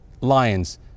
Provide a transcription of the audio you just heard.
lions